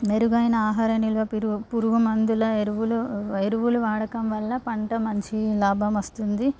మెరుగైన ఆహార నిల్వ పిరు పురుగు మందుల ఎరువులు ఎరువులు వాడకం వల్ల పంట మంచి లాభమోస్తుంది